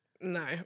No